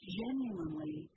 genuinely